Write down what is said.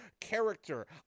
character